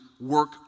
work